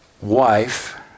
wife